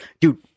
Dude